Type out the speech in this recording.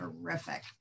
terrific